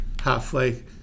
halfway